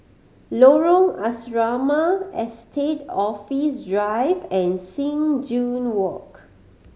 Lorong Asrama Estate Office Drive and Sing Joo Walk